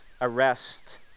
arrest